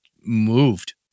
moved